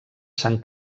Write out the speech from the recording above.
sant